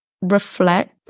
reflect